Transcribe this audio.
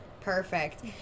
perfect